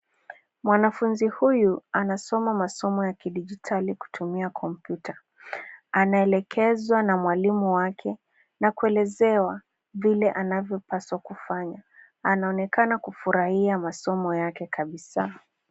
Mwanafunzi huyu anasoma masomo ya kidijitali kutumia kompyuta, anaelekezwa na mwalimu wake na kuelezewa vile anavyopaswa kufanya. Anaonekana kufurahia masomo yake kabisa.